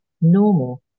normal